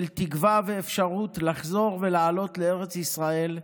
תקווה ואפשרות לחזור ולעלות לארץ ישראל.